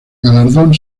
galardón